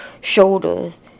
shoulders